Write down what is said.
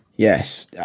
Yes